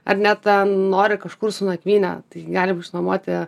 ar ne ten nori kažkur su nakvyne tai galim išnuomoti